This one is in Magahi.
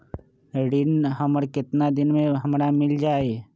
ऋण हमर केतना दिन मे हमरा मील जाई?